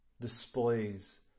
displays